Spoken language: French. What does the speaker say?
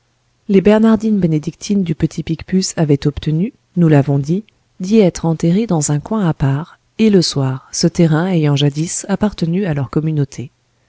les bernardines bénédictines du petit picpus avaient obtenu nous l'avons dit d'y être enterrées dans un coin à part et le soir ce terrain ayant jadis appartenu à leur communauté